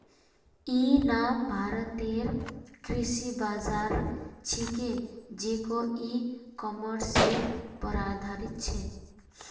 इ नाम भारतेर कृषि बाज़ार छिके जेको इ कॉमर्सेर पर आधारित छ